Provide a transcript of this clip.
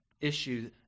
issue